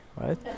right